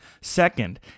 Second